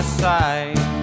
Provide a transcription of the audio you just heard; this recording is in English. side